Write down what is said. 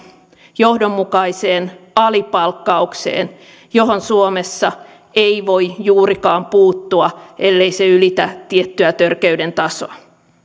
johdonmukaiseen alipalkkaukseen johon suomessa ei voi juurikaan puuttua ellei se ylitä tiettyä törkeyden tasoa